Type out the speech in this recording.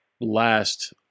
last